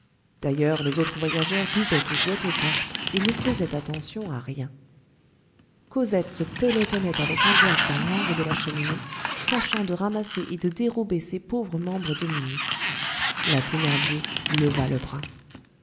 d'ailleurs les autres voyageurs buvaient ou jouaient aux cartes et ne faisaient attention à rien cosette se pelotonnait avec angoisse dans l'angle de la cheminée tâchant de ramasser et de dérober ses pauvres membres demi-nus la thénardier leva le bras